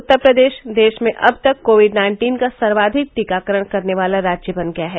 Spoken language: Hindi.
उत्तर प्रदेश देश में अब तक कोविड नाइन्टीन का सर्वाधिक टीकाकरण करने वाला राज्य बन गया है